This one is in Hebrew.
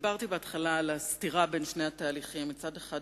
דיברתי בהתחלה על הסתירה בין שני התהליכים: מצד אחד,